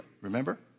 Remember